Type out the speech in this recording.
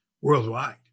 worldwide